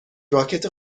راکت